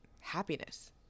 happiness